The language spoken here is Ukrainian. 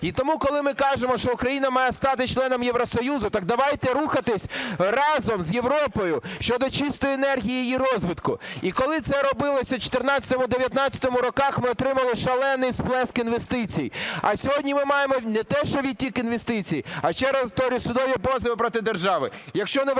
І тому, коли ми кажемо, що Україна має стати членом Євросоюзу, так давайте рухатись разом з Європою щодо чистої енергії, її розвитку. І коли це робилося в 2014-2019 роках, ми отримали шалений сплеск інвестицій. А сьогодні ми маємо не те що відтік інвестицій, а, ще раз повторюю, судові позови проти держави.